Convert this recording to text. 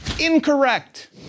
Incorrect